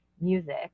music